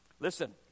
Listen